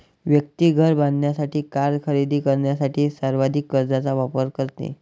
व्यक्ती घर बांधण्यासाठी, कार खरेदी करण्यासाठी सावधि कर्जचा वापर करते